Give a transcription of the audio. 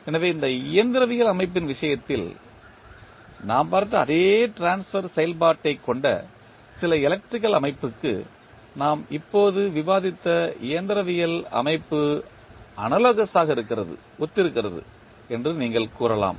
எனவே இந்த இயந்திரவியல் அமைப்பின் விஷயத்தில் நாம் பார்த்த அதே ட்ரான்ஸ்பர் செயல்பாட்டைக் கொண்ட சில எலக்ட்ரிக்கல் அமைப்புக்கு நாம் இப்போது விவாதித்த இயந்திரவியல் அமைப்பு அனாலோகஸ் ஆக இருக்கிறது ஒத்திருக்கிறது என்று நீங்கள் கூறலாம்